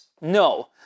No